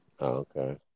Okay